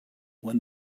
when